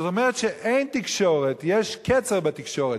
זאת אומרת, שאין תקשורת, יש קצר בתקשורת.